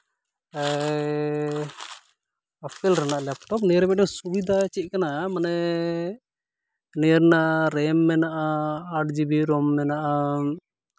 apple ᱨᱮᱱᱟᱜ laptop ᱱᱤᱭᱟᱹ ᱨᱮᱱᱟᱜ ᱢᱤᱫᱴᱮᱡ ᱥᱩᱵᱤᱫᱟ ᱪᱮᱫ ᱠᱟᱱᱟ ᱢᱟᱱᱮ ᱱᱤᱭᱟᱹ ᱨᱮᱱᱟᱜ ᱨᱮᱢ ᱢᱮᱱᱟᱜᱼᱟ ᱟᱴ ᱡᱤᱵᱤ ᱨᱚᱢ ᱢᱮᱱᱟᱜᱼᱟ